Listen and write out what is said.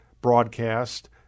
broadcast